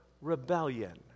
rebellion